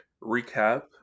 recap